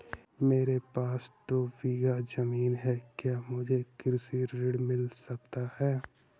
मेरे पास दो बीघा ज़मीन है क्या मुझे कृषि ऋण मिल सकता है?